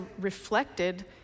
reflected